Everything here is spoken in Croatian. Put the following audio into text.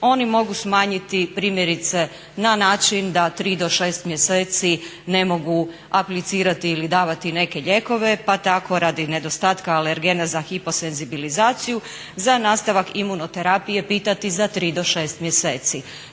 Oni mogu smanjiti primjerice na način da 3 do 6 mjeseci ne mogu aplicirati ili davati neke lijekove pa tako radi nedostatka alergena za hiposenzibilizaciju za nastavak imuno terapije pitati za 3 do 6 mjeseci